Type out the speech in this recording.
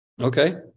okay